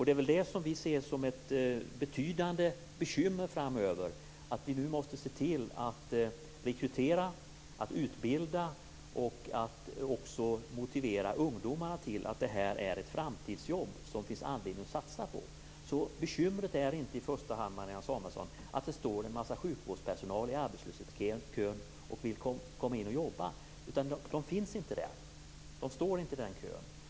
Det är det vi ser som ett betydande bekymmer framöver. Nu måste vi se till att rekrytera, utbilda och motivera ungdomarna med att det här är ett framtidsjobb som det finns anledning att satsa på. Bekymret är inte i första hand, Marianne Samuelsson, att det står en mängd sjukvårdspersonal i arbetslöshetskön och vill börja jobba. De finns inte där, de står inte i den kön.